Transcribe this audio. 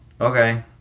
okay